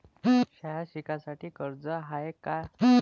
शाळा शिकासाठी कर्ज हाय का?